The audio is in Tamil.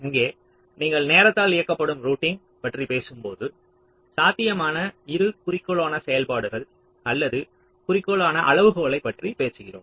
இங்கே நீங்கள் நேரத்தால் இயக்கப்படும் ரூட்டிங் பற்றி பேசும்போது சாத்தியமான இரு குறிக்கோளான செயல்பாடுகள் அல்லது குறிக்கோளான அளவுகோல்களைப் பற்றி பேசுகிறோம்